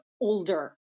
older